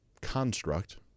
construct